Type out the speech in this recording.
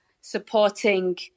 supporting